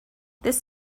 this